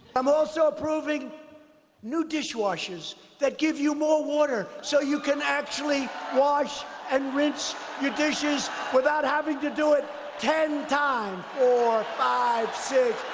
i'm also approving new dishwashers that give you more water so you can actually wash and rinse your dishes without having to do it ten times. four, five, six,